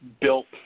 built